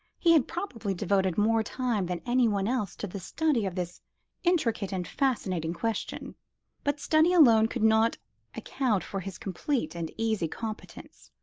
he had probably devoted more time than any one else to the study of this intricate and fascinating question but study alone could not account for his complete and easy competence.